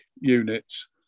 units